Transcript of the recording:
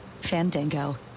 Fandango